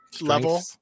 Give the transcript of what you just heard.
level